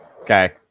Okay